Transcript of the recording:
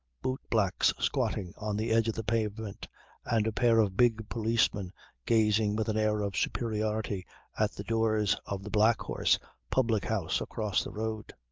boot-blacks squatting on the edge of the pavement and a pair of big policemen gazing with an air of superiority at the doors of the black horse public-house across the road.